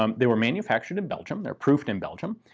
um they were manufactured in belgium, they're proofed in belgium.